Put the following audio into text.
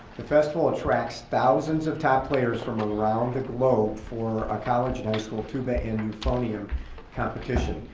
the festival attracts thousands of top players from around the globe for a college and high school tuba and euphonium competition.